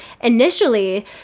initially